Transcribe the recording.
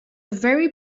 very